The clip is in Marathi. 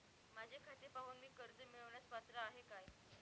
माझे खाते पाहून मी कर्ज मिळवण्यास पात्र आहे काय?